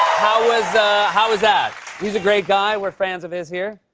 how was how was that? he's a great guy. we're fans of his here.